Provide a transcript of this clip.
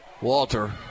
Walter